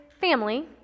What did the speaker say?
family